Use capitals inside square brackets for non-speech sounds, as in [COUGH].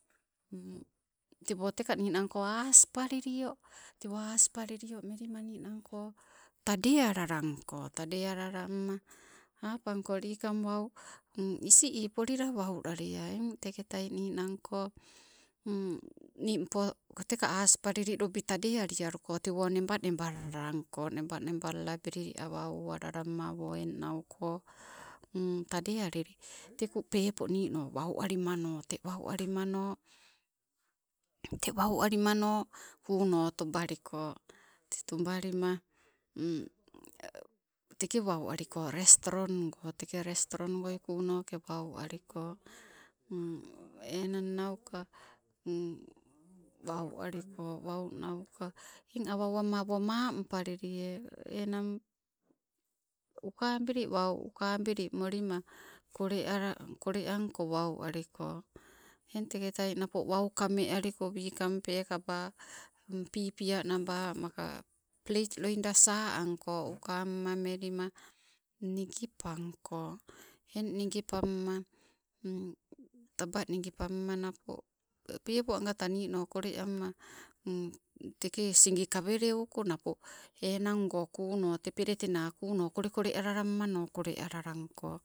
Tewoo teka ninang ko aspalilio, tewoo aspalilio mellima ninangko tadee alalangko, tadee alalamma, apangko likang wau, isii ii pollila wau lalliea, eng tekee taii ninangko, nimpo teka aspalili lobi tadee aliauko tewoo neba neba lalanko, neba nebalalabili awa owalalamma awoo eng nauko, [NOISE] tadee alili [NOISE] teku pepo ninoo wau allimano tee wau allimano, tee wau allimano kuuno tuballiko, tee tuballima, teke wau alliko restrong goo, teeka restrong goi kunooke wau alliko, enang nauka waualliko waunauka eng awa owamma awo mampalilie enang, uka abili wau uka abili mollima, kolle ala kole angko wau alliko. Eng teketai nappo wau kamme aliko, peekaba pipianaba maka pleit loida saa ankoo, uka amma mellima nigipanko, eng nigipamma. Tabaa nigipamma napo peepo agataa niino koleamma teke sigi kaweleuko, napo enango kuuno tee peletena kuuno kole kole alalammano kolealalangko.